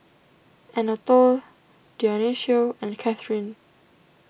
Anatole Dionicio and Cathrine